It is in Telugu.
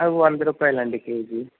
అవి వంద రూపాయలు అండి కేజీ